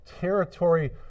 territory